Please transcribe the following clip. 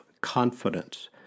confidence